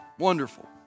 wonderful